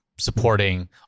Supporting